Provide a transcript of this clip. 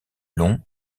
long